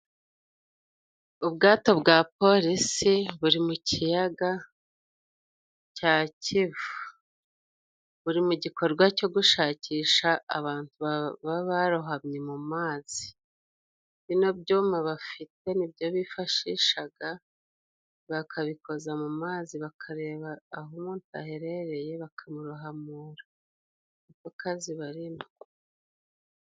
Ubwato bwa polisi buri mu kiyaga cya kivu. Buri mu gikorwa cyo gushakisha abantu baba barohamye mu mazi. Bino byuma bafite nibyo bifashishaga bakabikoza mu mazi, bakareba aho umuntu aherereye bakamurohamura niko kazi barimo.